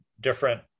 different